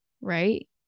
Right